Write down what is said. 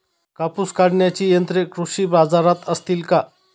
कापूस काढण्याची यंत्रे कृषी बाजारात असतील का?